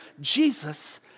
Jesus